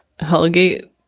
Hellgate